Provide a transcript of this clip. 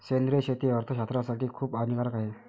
सेंद्रिय शेती अर्थशास्त्रज्ञासाठी खूप हानिकारक आहे